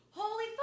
holy